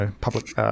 public –